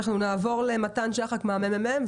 אנחנו נעבור למתן שחק מהממ"מ,